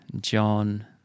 John